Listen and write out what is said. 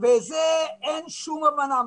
בזה אין שום הבנה.